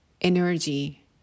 energy